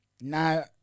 Now